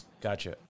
Gotcha